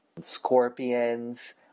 scorpions